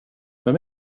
vem